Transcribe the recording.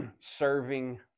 Serving